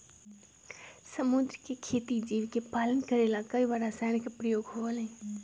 समुद्र के खेती जीव के पालन करे ला कई बार रसायन के प्रयोग होबा हई